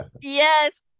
yes